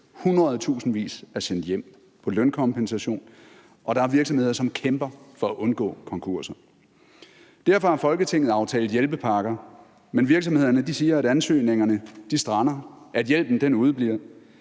hundredtusindvis er sendt hjem på lønkompensation, og der er virksomheder, som kæmper for at undgå konkurser. Derfor har Folketinget aftalt hjælpepakker, men virksomhederne siger, at ansøgningerne strander, og at hjælpen udebliver.